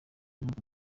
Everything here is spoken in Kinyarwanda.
igihugu